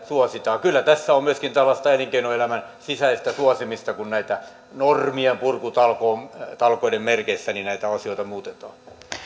suositaan kyllä tässä on myöskin tällaista elinkeinoelämän sisäistä suosimista kun normienpurkutalkoiden merkeissä näitä asioita muutetaan